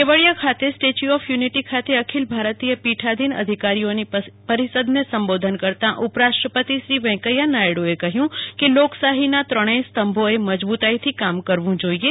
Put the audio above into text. કેવડીયા ખાતે statue of unity ખાતે અખલ ભારતીય પીઠાધીન અધિકારોઓની પરિષદને સંબોધન કરતા ઉપરાષ્ટ્રપતિ શ્રો વૈકંયા નાયડુએ કહયું કે લોકશાહીના ત્રણેય સ્થભોએ મજબૂતાઈથી કામ કરવ જોઈએ